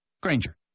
Granger